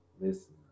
listen